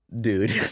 Dude